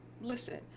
Listen